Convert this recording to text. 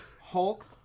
Hulk